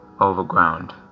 overground